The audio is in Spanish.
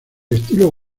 estilo